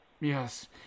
Yes